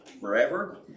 forever